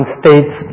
states